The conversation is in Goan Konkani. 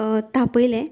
तापयलें